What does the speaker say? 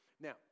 now